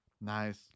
Nice